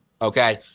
Okay